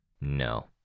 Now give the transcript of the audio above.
No